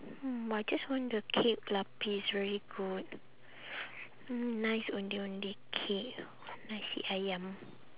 hmm I just want the kek lapis very good mm nice ondeh ondeh cake nasi ayam